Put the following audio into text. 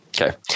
okay